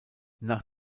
nach